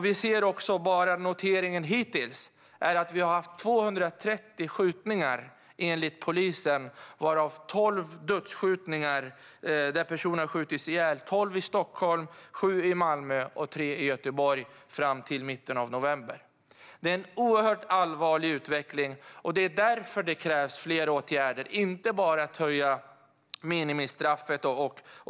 Vi ser också av vad som hittills har noterats av polisen att vi har haft 230 skjutningar, varav tolv dödsskjutningar i Stockholm, sju i Malmö och tre i Göteborg, fram till mitten av november. Det är en oerhört allvarlig utveckling, och det är därför det krävs fler åtgärder och inte bara en höjning av minimistraffet.